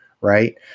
Right